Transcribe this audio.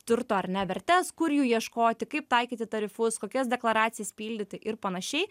turto ar ne vertes kur jų ieškoti kaip taikyti tarifus kokias deklaracijas pildyti ir panašiai